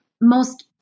most-